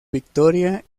victoria